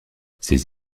ses